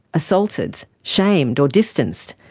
assaulted, shamed or distanced,